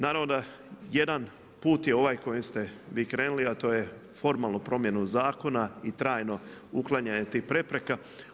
Naravno da jedan put je ovaj kojim ste vi krenuli, a to je formalno promjenu zakona i trajno uklanjanje tih prepreka.